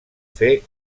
fer